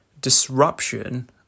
disruption